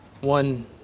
One